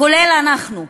כולל אנחנו,